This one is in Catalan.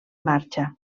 marxa